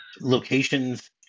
locations